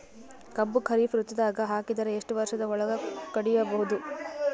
ಕಬ್ಬು ಖರೀಫ್ ಋತುದಾಗ ಹಾಕಿದರ ಎಷ್ಟ ವರ್ಷದ ಒಳಗ ಕಡಿಬಹುದು?